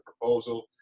proposal